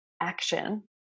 action